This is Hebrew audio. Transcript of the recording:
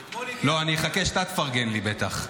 לא, אני אחכה שאתה תפרגן לי בטח.